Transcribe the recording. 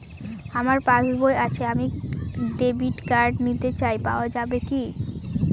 আমার পাসবই আছে আমি ডেবিট কার্ড নিতে চাই পাওয়া যাবে কি?